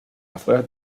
afueras